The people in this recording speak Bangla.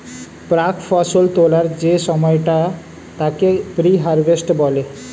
প্রাক্ ফসল তোলার যে সময়টা তাকে প্রি হারভেস্ট বলে